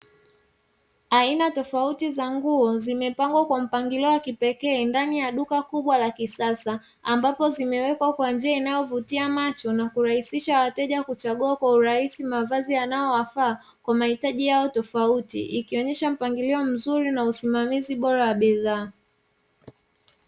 Aina tofauti za nguo zimepangwa kwa mpangilio wa kipekee ndani ya duka kubwa la kisasa, ambapo zimewekwa kwa njia inayovutia macho na kurahisishaa wateja kuchagua kwa rahisi mavazi yanayowafaa kwa mahitaji yao tofauti, ikionyesha mpangilio mzuri na usimamizi bora wa bidhaa.